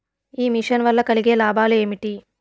ఈ మిషన్ వల్ల కలిగే లాభాలు ఏమిటి?